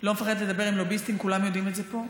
לא מפחדת לדבר עם לוביסטים, כולם יודעים את זה פה.